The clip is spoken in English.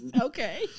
okay